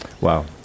Wow